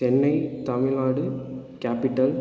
Chennai Tamil Nadu capital